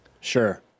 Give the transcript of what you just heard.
Sure